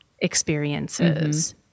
experiences